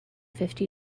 fifty